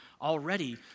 already